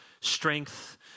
strength